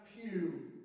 pew